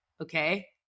Okay